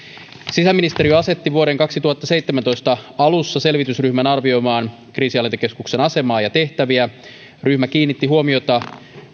sisäministeriö asetti vuoden kaksituhattaseitsemäntoista alussa selvitysryhmän arvioimaan kriisinhallintakeskuksen asemaa ja tehtäviä ryhmä kiinnitti huomiota